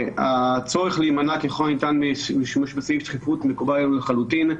הצורך להימנע ככל הניתן משימוש בסעיף דחיפות מקובל עלינו לחלוטין.